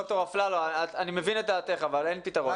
ד"ר אפללו, אני מבין את דעתך, אבל אין פתרון.